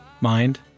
mind